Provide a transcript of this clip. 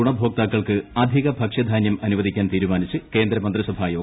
ഗുണഭോക്താക്കൾക്ക് അധിക ഭക്ഷ്യധാനൃം അനുവദിക്കാൻ ത്രീരുമാനിച്ച് കേന്ദ്ര മന്ത്രിസഭാ യോഗം